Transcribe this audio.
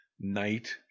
night